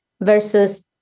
versus